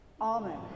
Amen